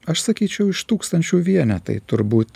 aš sakyčiau iš tūkstančių vienetai turbūt